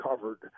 covered